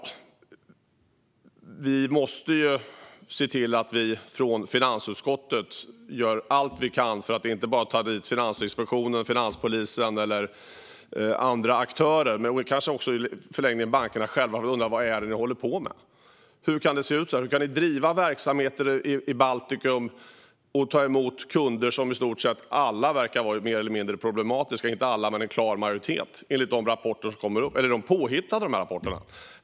Vi måste se till att vi från finansutskottets sida gör allt vi kan för att ta dit Finansinspektionen, finanspolisen eller andra aktörer, men i förlängningen kanske bankerna själva borde fråga sig vad de håller på med. Hur kan det se ut så här? Hur kan de driva verksamheter i Baltikum och ta emot kunder av vilka en klar majoritet verkar ha varit mer eller mindre problematiska, enligt de rapporter som kommer? Eller är rapporterna påhittade?